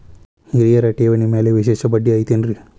ಹಿರಿಯರ ಠೇವಣಿ ಮ್ಯಾಲೆ ವಿಶೇಷ ಬಡ್ಡಿ ಐತೇನ್ರಿ?